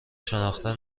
شناخته